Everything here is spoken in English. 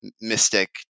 mystic